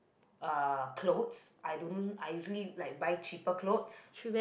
uh clothes I don't I usually like buy cheaper clothes